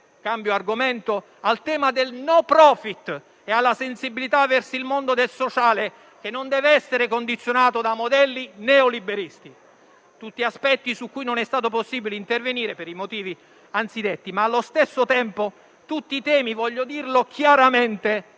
cambio argomento - al tema del *non profit* e alla sensibilità verso il mondo del sociale, che non deve essere condizionato da modelli neoliberisti. Sono tutti aspetti su cui non è stato possibile intervenire per i motivi anzidetti, ma allo stesso tempo sono tutti temi - voglio dirlo chiaramente